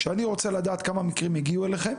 כשאני רוצה לדעת כמה מקרים הגיעו אליכם,